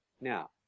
now